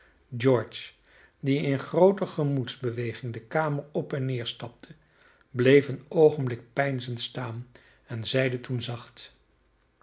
george die in groote gemoedsbeweging de kamer op en neer stapte bleef een oogenblik peinzend staan en zeide toen zacht